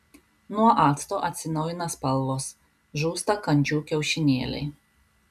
nuo acto atsinaujina spalvos žūsta kandžių kiaušinėliai